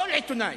כל עיתונאי,